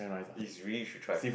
it's really you should try